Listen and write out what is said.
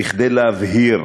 כדי להבהיר